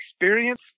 experience